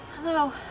hello